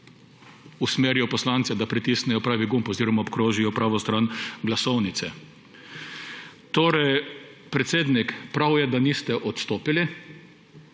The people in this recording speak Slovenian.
usmerijo poslance, da pritisnejo pravi gumb oziroma obkrožijo pravo stran glasovnice. Predsednik, prav je, da niste odstopili.